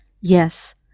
Yes